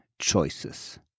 choices